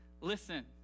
Listen